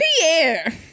Pierre